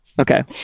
Okay